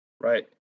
Right